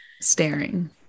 Staring